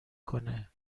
کنه